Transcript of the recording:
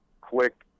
quick